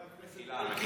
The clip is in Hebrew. חבר הכנסת אלקין,